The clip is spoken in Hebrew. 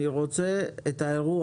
אני רוצה את האירוע.